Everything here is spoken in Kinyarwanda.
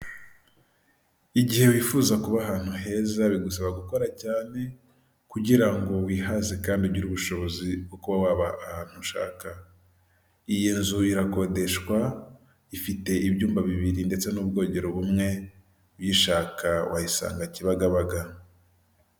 Igihe wifuza kuba ahantu heza bigusaba gukora cyane kugira ngo wihaze kandi ugire ubushobozi bwo kuba waba ahantu ushaka, iyi nzu irakodeshwa ifite ibyumba bibiri ndetse n'ubwogero bumwe uyishaka wayisanga kibagabaga.